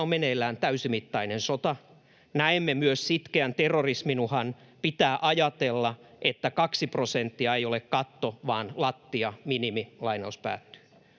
on meneillään täysimittainen sota. Näemme myös sitkeän terrorismin uhan. Pitää ajatella, että kaksi prosenttia ei ole katto vaan lattia, minimi.” Suomi täyttää